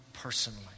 personally